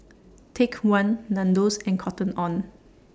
Take one Nandos and Cotton on